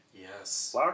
Yes